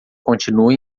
continue